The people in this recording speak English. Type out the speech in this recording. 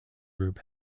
group